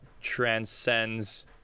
transcends